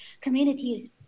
communities